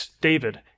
David